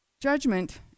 Judgment